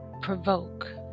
provoke